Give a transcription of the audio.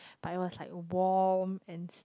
but it was like warm and